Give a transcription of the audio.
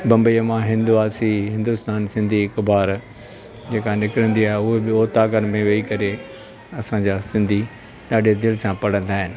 बम्बईअ मां हिंदवासी हिंदुस्तान सिंधी अख़बार जेका निकिरंदी आहे उहे ॾियो था घर में वेही करे असांजा सिंधी ॾाढे दिलि सां पढ़ंदा आहिनि